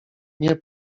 nie